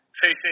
facing